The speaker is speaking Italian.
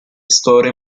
store